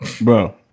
Bro